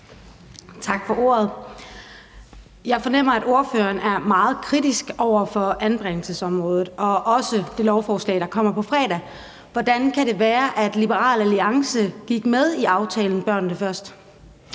Tak for ordet. Jeg fornemmer, at ordføreren er meget kritisk over for anbringelsesområdet og også over for det lovforslag, der kommer på fredag. Hvordan kan det være, at Liberal Alliance gik med i aftalen »Børnene først«?